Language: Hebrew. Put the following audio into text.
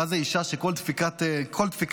מה זה אישה שכל דפיקה בדלת